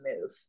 move